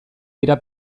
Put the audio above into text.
dira